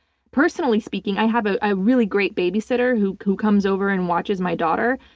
personally speaking, i have ah a really great babysitter who who comes over and watches my daughter.